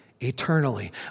eternally